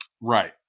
Right